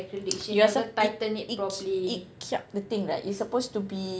you ask her it it kiap the thing right it's supposed to be